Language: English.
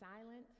silent